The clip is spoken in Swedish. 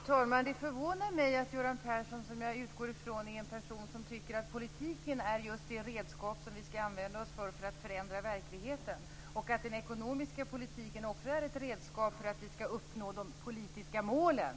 Fru talman! Jag utgår ifrån att Göran Persson är en person som tycker att politiken är just det redskap som vi skall använda oss av för att förändra verkligheten, och att den ekonomiska politiken också är ett redskap för att vi skall uppnå de politiska målen.